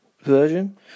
version